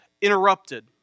interrupted